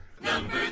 Number